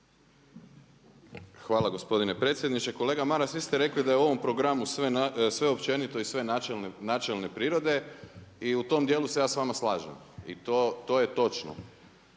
Hvala gospodine predsjedniče. Kolega Maras vi ste rekli da je u ovom programu sve općenito i sve načelne prirode i u tom dijelu se ja sa vama slažem i to je točno.